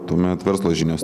tuomet verslo žinios